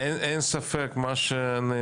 ברוך ה' אני נחשב לכמה אנשים מודל של מישהו שהצליח